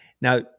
Now